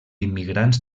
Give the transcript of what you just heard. immigrants